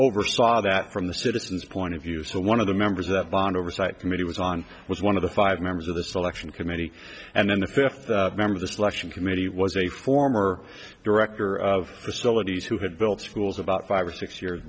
oversaw that from the citizens point of view so one of the members of an oversight committee was on was one of the five members of the selection committee and then the fifth member of the selection committee was a former director of facilities who had built schools about five or six years